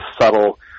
subtle